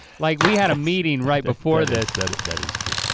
like we had a meeting right before this that that is true.